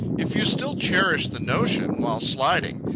if you still cherish the notion, while sliding,